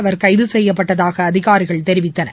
அவர் கைது செய்யப்பட்டதாக அவர் அதிகாரிகள் தெரிவித்தனர்